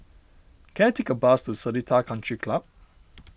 can I take a bus to Seletar Country Club